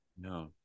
No